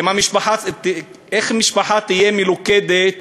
איך משפחה תהיה מלוכדת